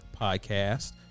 podcast